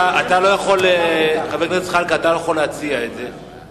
אתה לא יכול להציע את זה,